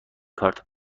کارت